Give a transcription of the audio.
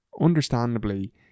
understandably